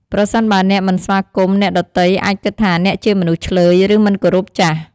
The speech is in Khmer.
ប្រសិនបើអ្នកមិនស្វាគមន៍ អ្នកដទៃអាចគិតថាអ្នកជាមនុស្សឈ្លើយ ឬមិនគោរពចាស់។